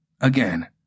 Again